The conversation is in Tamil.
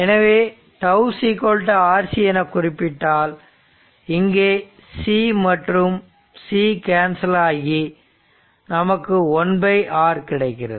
எனவே τ RC என குறிப்பிட்டால் இங்கே c மற்றும் c கேன்சல் ஆகி நமக்கு 1R என கிடைக்கிறது